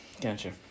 Gotcha